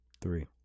Three